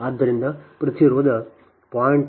ಆದ್ದರಿಂದ ಪ್ರತಿರೋಧ 0